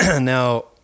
Now